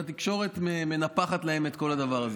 והתקשורת מנפחת להם את כל הדבר הזה.